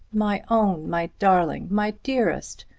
my own my darling my dearest!